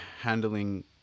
handling